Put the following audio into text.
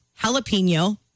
Jalapeno